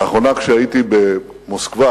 לאחרונה כשהייתי במוסקבה,